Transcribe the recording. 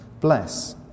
bless